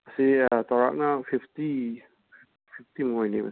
ꯁꯤ ꯆꯥꯎꯔꯥꯛꯅ ꯐꯤꯞꯇꯤ ꯐꯤꯞꯇꯤꯃꯨꯛ ꯑꯣꯏꯅꯤ